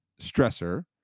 stressor